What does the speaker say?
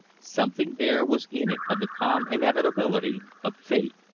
something there was in it of the calm inevitability of fate.